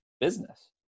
business